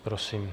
Prosím.